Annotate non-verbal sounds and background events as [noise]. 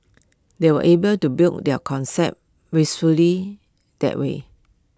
they were able to build their concept [unintelligible] that way